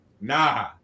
nah